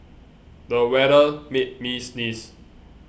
the weather made me sneeze